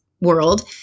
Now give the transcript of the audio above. world